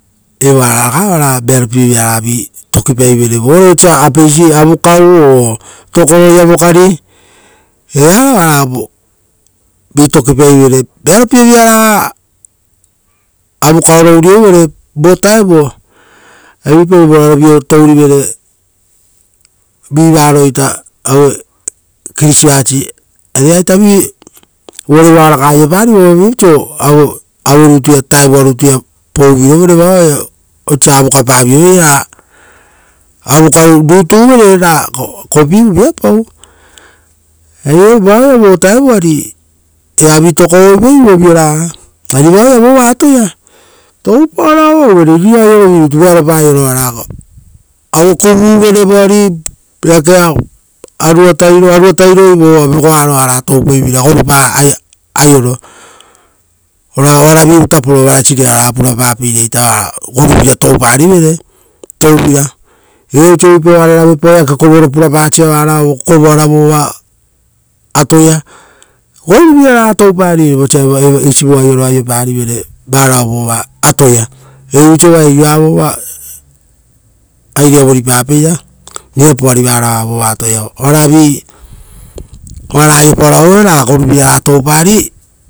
Evara raga oara vearopievira vi tokipaivere, vore vosa apeisi avukau o-tokoroia vokari, evara, oara vi tokipaivere; vearopievira raga avukaoro uriouvere. Vo vutao oaia uvuipai vorarovio tourivere, vi varo ita aue iva, vosa uvua para aiopari, uva viapau oisio iva rutuia pouviro vere vao oaia avukapavioveira, ra avuka rutu vere ra kopiu viapau. Ari vao vo vutao ari eva vi tokovoipai vovioraga ari va vova aioa vova atoia oaiava toupaoro avauvere, riroara rutuia vearopa aiororutu varao oisio, aue kuvuvere, vegoaropa tairo, oara toupaiveira ora oaravivu taporo ruvaruara oara purapaiveira ra goruvira touparivere. Viapau oisio uvuipau ra araravepau eake kovoro pura paoro vova atoia, goruvira raga touparivere vosa eisi vo aioro aioparivere vara vova atoia. Viapau oisio varao a uvuapa aioro, viapau ari varao vova atoia, oara aiopaoro avauvere ra goruvira raga toupari.